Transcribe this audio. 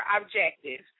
objective